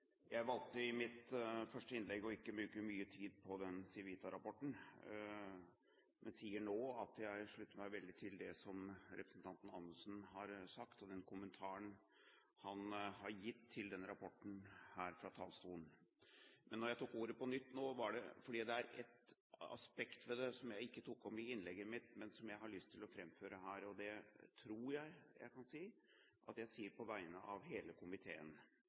Jeg valgte i mitt første innlegg å ikke bruke mye tid på Civita-rapporten, men sier nå at jeg slutter meg til det som representanten Anundsen har sagt, og den kommentaren han har gitt til denne rapporten her fra talerstolen. Når jeg tok ordet på nytt nå, var det fordi det er et aspekt ved det som jeg ikke tok opp i innlegget mitt, men som jeg har lyst til å framføre her. Det tror jeg at jeg kan si er på vegne av hele komiteen.